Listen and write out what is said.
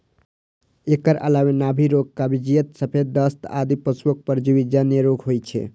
एकर अलावे नाभि रोग, कब्जियत, सफेद दस्त आदि पशुक परजीवी जन्य रोग होइ छै